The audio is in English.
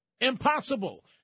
Impossible